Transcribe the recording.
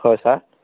হয় ছাৰ